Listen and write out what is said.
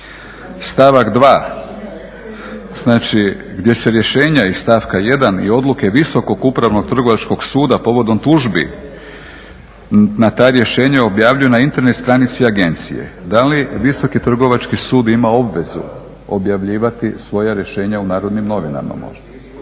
Stavak 2. znači gdje se rješenja iz stavka 1. i odluke Visokog upravnog trgovačkog suda povodom tužbi na ta rješenja objavljena na Internet stranici agencije. Da li Visoki trgovački sud ima obvezu objavljivati svoja rješenja u Narodnim novinama možda?